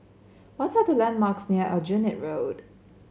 what are the landmarks near Aljunied Road